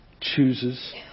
chooses